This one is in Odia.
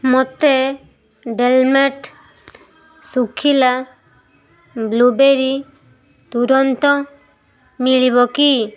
ମୋତେ ଡେଲମଟ୍ ଶୁଖିଲୀ ବ୍ଲୁବେରୀ ତୁରନ୍ତ ମିଳିବ କି